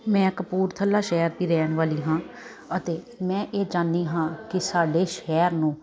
ਮੈਂ ਕਪੂਰਥਲਾ ਸ਼ਹਿਰ ਦੀ ਰਹਿਣ ਵਾਲੀ ਹਾਂ ਅਤੇ ਮੈਂ ਇਹ ਚਾਹੁੰਦੀ ਹਾਂ ਕਿ ਸਾਡੇ ਸ਼ਹਿਰ ਨੂੰ